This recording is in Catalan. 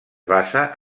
basa